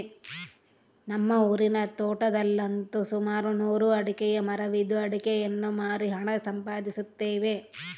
ನಮ್ಮ ಊರಿನ ತೋಟದಲ್ಲಂತು ಸುಮಾರು ನೂರು ಅಡಿಕೆಯ ಮರವಿದ್ದು ಅಡಿಕೆಯನ್ನು ಮಾರಿ ಹಣ ಸಂಪಾದಿಸುತ್ತೇವೆ